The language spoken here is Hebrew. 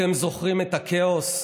אתם זוכרים את הכאוס,